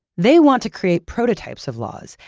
they want to create prototypes of laws,